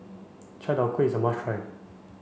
Chai Tow Kway is a must try